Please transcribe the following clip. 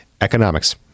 Economics